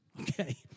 okay